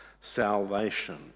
salvation